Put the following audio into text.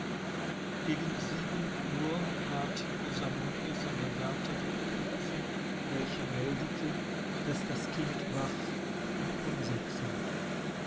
gegen sieben uhr ward rosamunde von der wärterin gerufen welche meldete daß das kind wach und unruhig sei